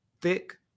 thick